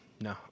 no